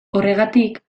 horregatik